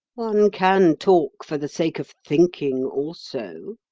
one can talk for the sake of thinking also,